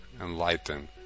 enlighten